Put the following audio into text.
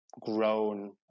grown